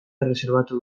erreserbatu